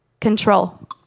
control